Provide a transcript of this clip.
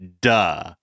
Duh